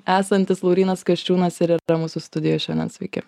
esantis laurynas kasčiūnas ir yra mūsų studijoj šiandien sveiki